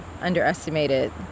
underestimated